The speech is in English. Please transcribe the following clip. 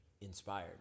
inspired